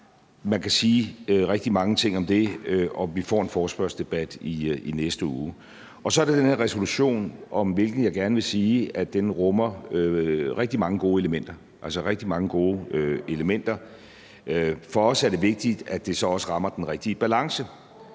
Man kan sige rigtig mange ting om det, og vi får en forespørgselsdebat i næste uge. Så er der den her resolution, om hvilken jeg gerne vil sige, at den rummer rigtig mange gode elementer, altså rigtig mange gode elementer. For os er det vigtigt, at den så også rammer den rigtige balance.